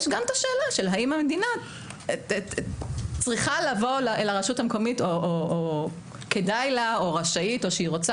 יש גם את השאלה האם המדינה צריכה או כדאי לה או רשאית או רוצה